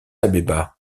abeba